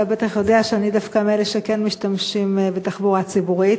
אתה בטח יודע שאני דווקא מאלה שכן משתמשים בתחבורה ציבורית,